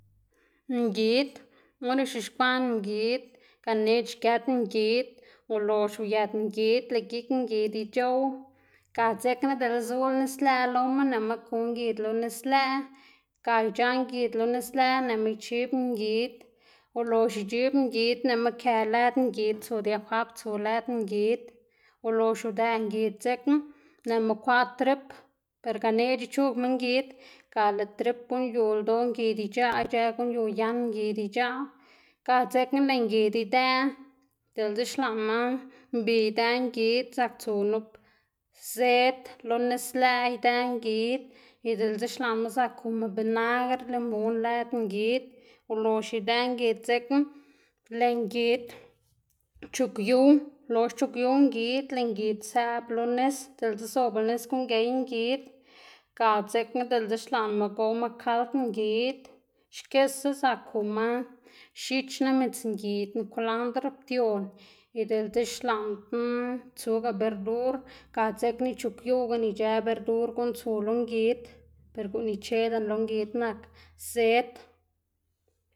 Ngid or ix̱uxkwaꞌná ngid ganeꞌc̲h̲ giët ngid ulox uyët ngid lëꞌ gik ngid ic̲h̲oꞌw ga dzekna dela zula nis lëꞌ loma nëꞌma ku ngid lo nis lëꞌ ga ic̲h̲aꞌ ngid lo nis lëꞌ nëꞌma ic̲h̲ib ngid. Ulox uc̲h̲ib ngid nëꞌma kë lëd ngid tsu dia fap tsu lëd ngid ulox udëꞌ ngid dzekna nëꞌma kwaꞌ trip, per ganeꞌc̲h̲ ic̲h̲ugma ngid ga lëꞌ trip guꞌn yu ldoꞌ ngid ic̲h̲aꞌ ic̲h̲ë guꞌn yu yan ngid ic̲h̲aꞌ. Ga dzekna lëꞌ ngid idëꞌ diꞌltse xlaꞌnma mbi idëꞌ ngid zak tsu nup zed lo nis lëꞌ idëꞌ ngid y diꞌltse xlaꞌnma zak kuma binagr, limun lëd ngid. Ulox idëꞌ ngid dzekna lëꞌ ngid chugyuw lox chugyuw ngid lëꞌ ngid sëꞌb lo nis diꞌltse zobla nis gey ngid ga dzekna diꞌltse xlaꞌnma gowma kald ngid xkise zak kuma x̱ichna, midzngidna, kwalandr, ption y diꞌltse xlaꞌndná tsugaꞌ berdur ga dzekna ic̲h̲ugyuwganá ic̲h̲ë berdur guꞌn tsu lo ngid per guꞌn icheda lo ngid nak zed.